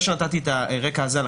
אחרי שנתתי את הרקע הזה,